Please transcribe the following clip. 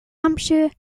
hampshire